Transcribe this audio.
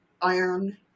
iron